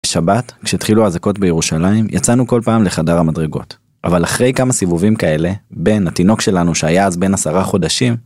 בשבת, כשהתחילו האזעקות בירושלים, יצאנו כל פעם לחדר המדרגות. אבל אחרי כמה סיבובים כאלה, בן, התינוק שלנו, שהיה אז בין עשרה חודשים...